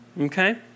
Okay